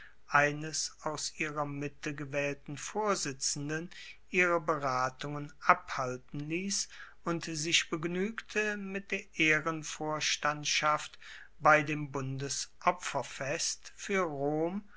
eines aus ihrer mitte gewaehlten vorsitzenden ihre beratungen abhalten liess und sich begnuegte mit der ehrenvorstandschaft bei dem bundesopferfest fuer rom